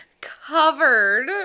covered